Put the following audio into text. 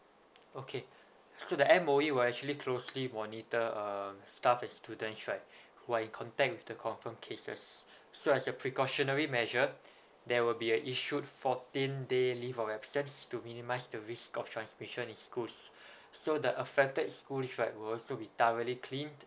okay so the M_O_E will actually closely monitor uh staff and students right who are in contact with the confirmed cases so as a precautionary measure there will be a issued fourteen day leave of absence to minimise the risk of transmission in schools so the affected schools right will also be thoroughly cleaned